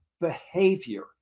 behavior